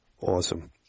Awesome